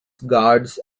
guards